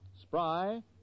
Spry